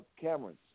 Cameron